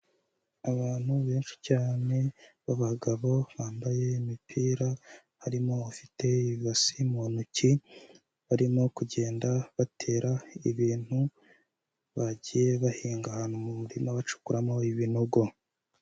Abantu benshi cyane, abagabo bambaye imipira, harimo ufite ibase mu ntoki, barimo kugenda batera ibintu bagiye bahinga ahantu mu murima bacukuramo ibinogo.